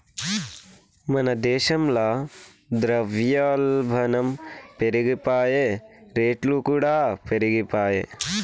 మన దేశంల ద్రవ్యోల్బనం పెరిగిపాయె, రేట్లుకూడా పెరిగిపాయె